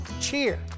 cheer